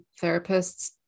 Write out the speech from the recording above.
therapists